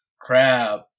Crab